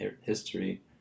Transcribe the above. history